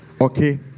okay